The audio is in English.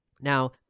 Now